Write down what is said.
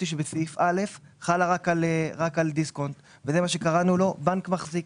שבסעיף (א) חלה רק על דיסקונט וזה מה שקראנו לו בנק מחזיק.